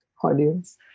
audience